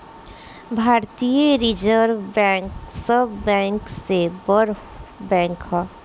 भारतीय reserve bank सब bank से बड़ बैंक ह